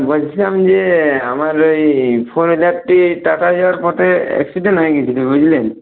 বলছিলাম যে আমার ওই ফোর হুইলারটি টাটা যাবার পথে এক্সিডেন্ট হয়ে গিয়েছিল বুঝলেন